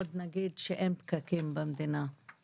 עוד נגיד שאין פקקים במדינה,